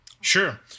Sure